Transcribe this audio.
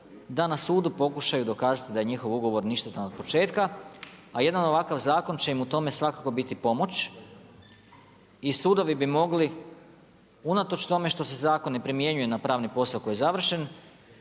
da na sudu pokušaju dokazati da je njihov ugovor ništetan od početka. A jedan ovakav zakon će im u tome biti svakako pomoć. I sudovi bi mogli unatoč tome što se zakon ne primjenjuje na pravni posao koji je završen